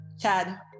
Chad